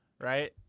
right